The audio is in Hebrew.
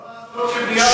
מה לעשות, ?